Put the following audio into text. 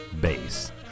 Bass